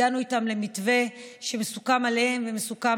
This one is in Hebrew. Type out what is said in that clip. הגענו איתם למתווה שמוסכם עליהם ומוסכם